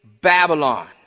Babylon